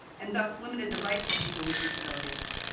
and does limited the rights of people with disabilities.